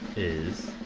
is.